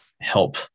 help